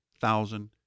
thousand